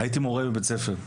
הייתי מורה בבית ספר,